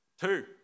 Two